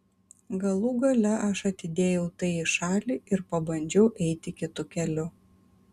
galų gale aš atidėjau tai į šalį ir pabandžiau eiti kitu keliu